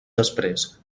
després